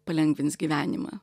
palengvins gyvenimą